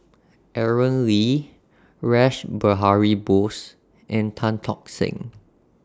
Aaron Lee Rash Behari Bose and Tan Tock Seng